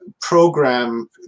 program